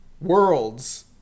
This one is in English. World's